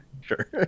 Sure